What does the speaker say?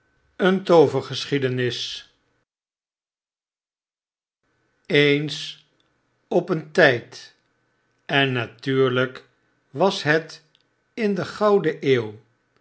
eens op een tijd en natuurlp was het in de gouden eeuw